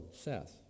Seth